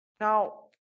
Now